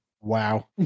Wow